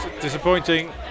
disappointing